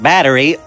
Battery